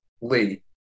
Lee